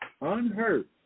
unhurt